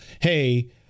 hey